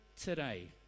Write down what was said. today